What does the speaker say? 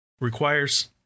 requires